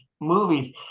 movies